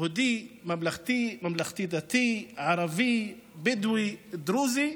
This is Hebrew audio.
יהודי, ממלכתי, ממלכתי דתי, ערבי, בדואי, דרוזי.